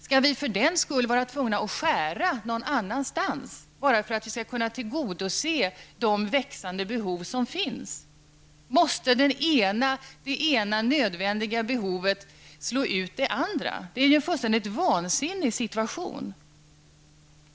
Skall vi vara tvungna att skära någon annanstans bara för att kunna tillgodose de växande behoven? Måste det ena behovet slå ut det andra? Det är ju en fullständigt vansinnig situation.